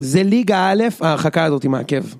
זה ליגה א', ההרחקה הזאת מההרכב